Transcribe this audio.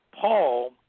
Paul